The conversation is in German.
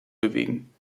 bewegen